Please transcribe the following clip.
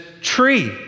tree